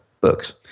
books